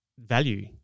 value